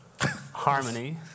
Harmony